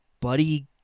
buddy